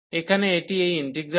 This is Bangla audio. এখানে এটি এই ইন্টিগ্রাল